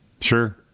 Sure